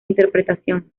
interpretación